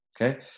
Okay